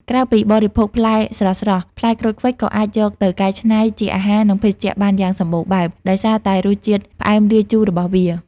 ក្រៅពីបរិភោគផ្លែស្រស់ៗ ផ្លែក្រូចឃ្វិចក៏អាចយកទៅកែច្នៃជាអាហារ និងភេសជ្ជៈបានយ៉ាងសម្បូរបែប ដោយសារតែរសជាតិផ្អែមលាយជូររបស់វា។